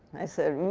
i said, ew.